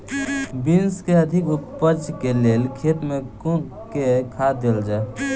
Beans केँ अधिक उपज केँ लेल खेत मे केँ खाद देल जाए छैय?